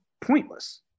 Pointless